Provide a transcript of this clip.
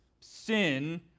sin